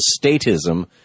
statism